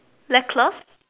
necklace